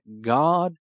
God